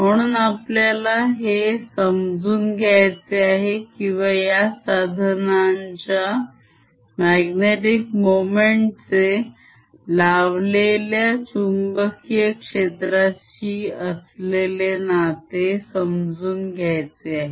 म्हणून आपल्याला हे समजून घ्यायचे आहे किंवा या साधनांच्या magnetic मोमेंट चे लावलेल्या चुंबकीय क्षेत्राशी असलेले नाते समजून घ्यायचे आहे